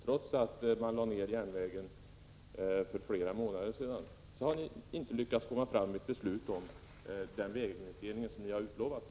Trots att järnvägen lades ned för flera månader sedan har regeringen ännu inte fattat beslut om den väginvestering som har utlovats.